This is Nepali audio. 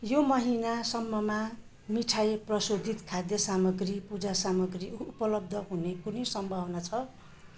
यो महिनासम्ममा मिठाई प्रशोधित खाद्य सामग्री पूजा सामग्री उपलब्ध हुने कुनै सम्भावना छ